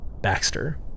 Baxter